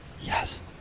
Yes